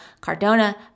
Cardona